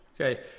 Okay